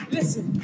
Listen